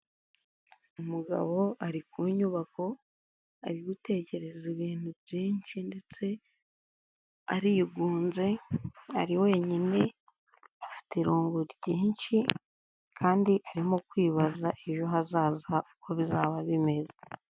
Umugabo ari ku nyubako ari gutekereza ibintu byinshi ndetse arigunze ari wenyine, afite irungu ryinshi kandi arimo kwibaza ejo hazaza uko bizaba bimeze.